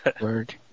Word